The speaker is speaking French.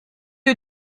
est